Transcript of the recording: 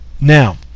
now